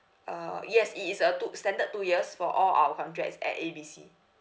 uh yes it is a two standard two years for all our contracts at A B C